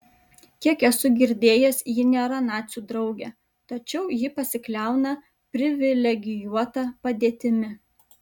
kiek esu girdėjęs ji nėra nacių draugė tačiau ji pasikliauna privilegijuota padėtimi